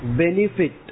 benefit